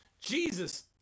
Jesus